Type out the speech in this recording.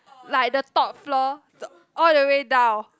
like the top floor the all the way down